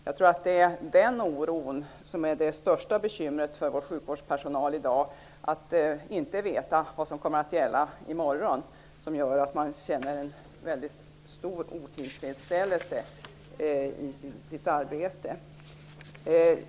Jag tror att den oron är det största bekymret för vår sjukvårdspersonal i dag. De vet inte vad som kommer att gälla i morgon. Det gör att de känner en mycket stor otillfredsställelse i sitt arbete.